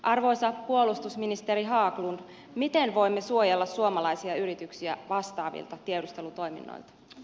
arvoisa puolustusministeri haglund miten voimme suojella suomalaisia yrityksiä vastaavilta tiedustelutoiminnoilta